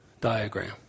diagram